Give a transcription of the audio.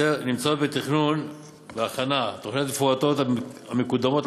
נמצאות בהכנה תוכניות מפורטות המקודמות